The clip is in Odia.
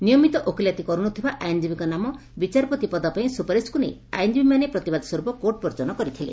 ନିୟମିତ ଓକିଲାତି କରୁନଥିବା ଆଇନ୍ଜୀବୀଙ୍କ ନାମ ବିଚାରପତି ପଦ ପାଇଁ ସୁପାରିଶକୁ ନେଇ ଆଇନ୍ଜୀବୀମାନେ ପ୍ରତିବାଦ ସ୍ୱରୂପ କୋର୍ଟ୍ ବର୍ଜନ କରିଥିଲେ